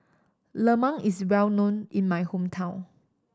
lemang is well known in my hometown